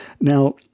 Now